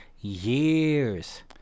years